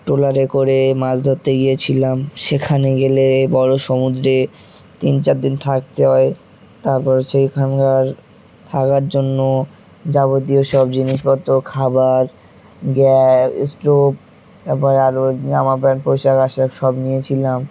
ট্রলারে করে মাছ ধরতে গিয়েছিলাম সেখানে গেলে বড়ো সমুদ্রে তিন চার দিন থাকতে হয় তারপর সেইখানকার থাকার জন্য যাবতীয় সব জিনিসপত্র খাবার গ্যাস স্টোভ তারপর আরও জামা প্যান্ট পোশাক আশাক সব নিয়েছিলাম